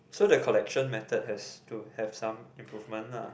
so the collection method has to have some improvement lah